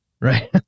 right